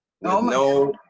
No